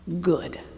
good